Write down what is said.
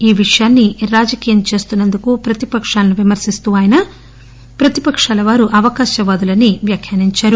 ఈ విషయాన్ని రాజకీయం చేస్తున్నందుకు ప్రతిపకాలను విమర్శిస్తూ ఆయన ప్రతిపకాల వారు అవకాశ వాధులని వ్యాఖ్యానించారు